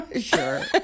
Sure